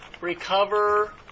recover